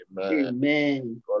Amen